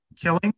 killing